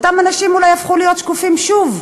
ואותם אנשים אולי הפכו להיות שקופים שוב.